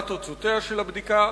מה תוצאותיה של הבדיקה?